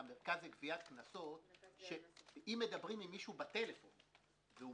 לעמותה לגביית קנסות שאם מדברים אם מישהו בטלפון והוא